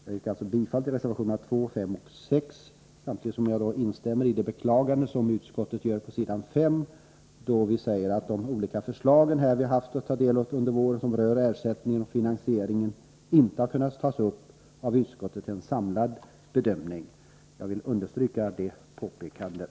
Jag yrkar bifall till reservationerna 2, 5 och 6, samtidigt som jag instämmer i det beklagande som utskottet gör på s. 5, där utskottet säger att de olika förslag som vi har haft att ta del av under våren och som rör arbetslöshetsersättningen och finansieringen inte har kunnat tas upp av utskottet till en samlad bedömning. Jag vill understryka det påpekandet.